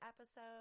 episode